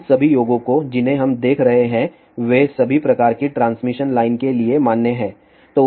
इन सभी योगों को जिन्हें हम देख रहे हैं वे सभी प्रकार की ट्रांसमिशन लाइन के लिए मान्य हैं